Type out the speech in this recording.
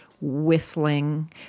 whistling